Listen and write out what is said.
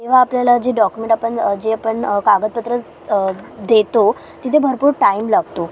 जेव्हा आपल्याला जी डॉक्युमेंट आपण जे आपण कागदपत्र देतो तिथे भरपूर टाईम लागतो